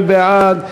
מי בעד?